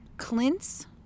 Clint's